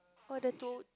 who are the two